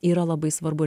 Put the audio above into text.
yra labai svarbu